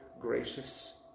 gracious